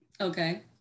Okay